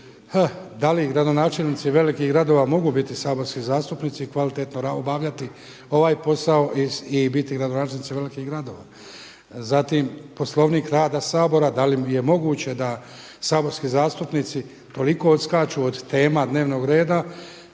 da li gradonačelnici velikih gradova mogu biti saborski zastupnici i kvalitetno obavljati ovaj posao i biti gradonačelnici velikih gradova. Zatim Poslovnik rada Sabora da li je moguće da saborski zastupnici toliko odskaču od tema dnevnog reda